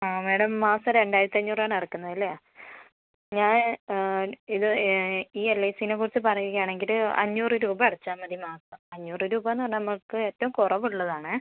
ആ മാഡം മാസം രണ്ടായിരത്തി അഞ്ഞൂറാണ് അടക്കുന്നത് അല്ലേ ഞാൻ ഇത് ഈ എല് ഐ സിനെ കുറിച്ച് പറയുകയാണങ്കിൽ അഞ്ഞൂറ് രൂപ അടച്ചാൽ മതി മാസം അഞ്ഞൂറ് രൂപാന്ന് പറഞ്ഞാൽ നമുക്ക് ഏറ്റവും കുറവുള്ളതാണേ